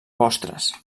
postres